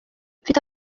mfite